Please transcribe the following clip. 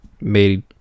made